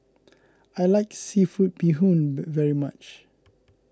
I like Seafood Bee Hoon very much